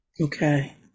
Okay